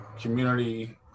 community